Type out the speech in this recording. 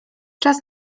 czas